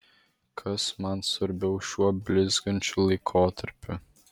kas man svarbiau šiuo blizgančiu laikotarpiu